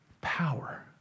power